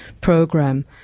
program